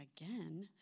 again